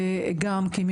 חגי רזניק,